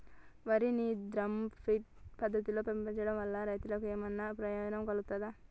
వరి ని drum feed పద్ధతిలో పండించడం వల్ల రైతులకు ఏమన్నా ప్రయోజనం కలుగుతదా?